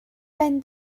ben